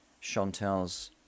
Chantal's